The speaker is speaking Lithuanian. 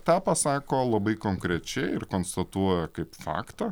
tą pasako labai konkrečiai ir konstatuoja kaip faktą